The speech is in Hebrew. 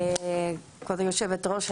יושבת הראש,